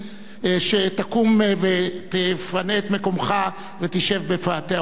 שתקום ותפנה את מקומך ותשב בפאתי האולם,